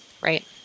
right